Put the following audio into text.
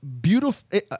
beautiful